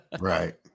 right